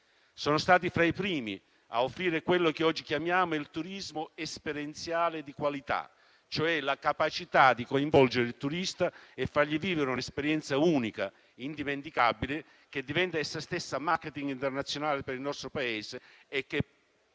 Sono stati fra i primi a offrire quello che oggi chiamiamo il turismo esperienziale di qualità, cioè la capacità di coinvolgere il turista e fargli vivere un'esperienza unica, indimenticabile, che diventa essa stessa *marketing* internazionale per il nostro Paese e che